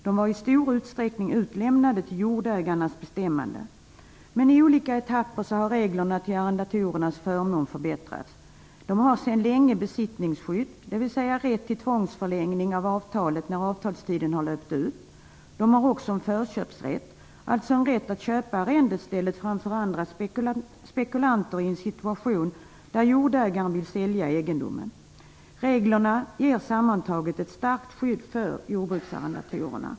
De var i stor utsträckning utlämnade till jordägarens bestämmande. I olika etapper har dock reglerna förbättrats till arrendatorernas förmån. De har sedan länge besittningsskydd, dvs. rätt till tvångsförlängning av avtalet när avtalstiden har löpt ut. De har också förköpsrätt, alltså en rätt att köpa arrendestället framför andra spekulanter i en situation där jordägaren vill sälja egendomen. Reglerna ger sammantaget ett starkt skydd för jordbruksarrendatorerna.